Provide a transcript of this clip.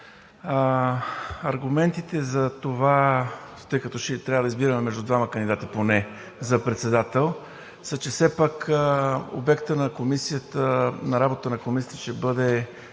Аргументите за това, тъй като ще трябва да избираме между двама кандидати поне за председател, са, че все пак обектът на работата на Комисията ще бъде